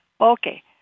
Okay